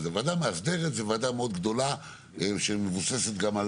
ועדה מאסדרת זה ועדה מאוד גדולה שמבוססת גם על